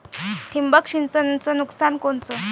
ठिबक सिंचनचं नुकसान कोनचं?